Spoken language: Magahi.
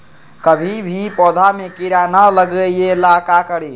कभी भी पौधा में कीरा न लगे ये ला का करी?